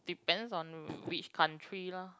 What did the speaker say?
depends on which country lah